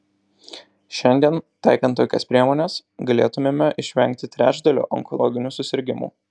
šiandien taikant tokias priemones galėtumėme išvengti trečdalio onkologinių susirgimų